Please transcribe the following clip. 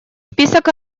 список